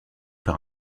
par